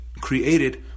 created